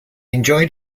enjoyed